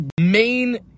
main